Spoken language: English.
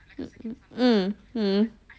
mm hmm